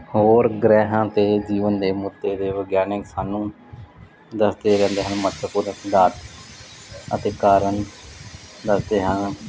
ਹੋਰ ਗ੍ਰਹਿਾਂ 'ਤੇ ਜੀਵਨ ਦੇ ਮੁੱਦੇ ਦੇ ਵਿਗਿਆਨਿਕ ਸਾਨੂੰ ਦੱਸਦੇ ਰਹਿੰਦੇ ਹਨ ਮਹੱਤਵਪੂਰਨ ਅਧਾਰ ਅਤੇ ਕਾਰਨ ਦੱਸਦੇ ਹਨ